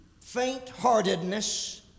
faint-heartedness